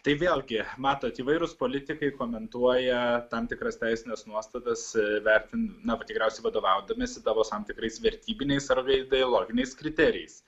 tai vėlgi matot įvairūs politikai komentuoja tam tikras teisines nuostatas ir vertina tikriausiai vadovaudamiesi savo tam tikrais vertybiniais ar vei ideologiniais kriterijais